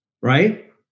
right